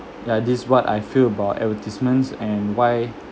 ya this is what I feel about advertisements and why